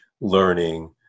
learning